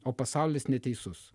o pasaulis neteisus